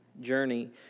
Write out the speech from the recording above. journey